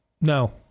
No